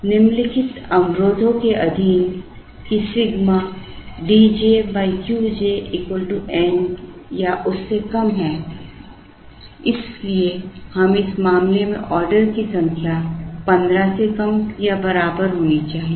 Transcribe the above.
निम्नलिखित अवरोधों के अधीन कि सिग्मा Dj Qj N या उससे कम है इसलिए इस मामले में ऑर्डर की संख्या 15 से कम या बराबर होनी चाहिए